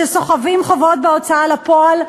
שסוחבים חובות בהוצאה לפועל,